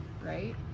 right